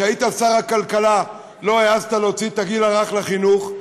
כשהיית שר הכלכלה לא העזת להוציא את הגיל הרך אל החינוך,